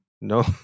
no